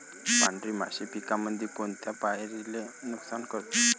पांढरी माशी पिकामंदी कोनत्या पायरीले नुकसान करते?